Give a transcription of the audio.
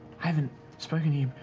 haven't spoken to you.